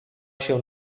się